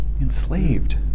Enslaved